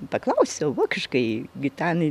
paklausiau vokiškai gitanai